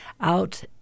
out